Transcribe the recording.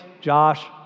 Josh